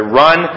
run